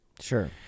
sure